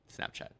Snapchat